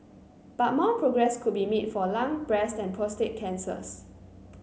but more progress could be made for lung breast and prostate cancers